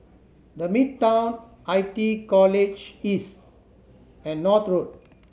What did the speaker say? The Midtown I T E College East and North Road